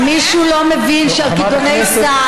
מישהו כאן לא מכיר את הרקע.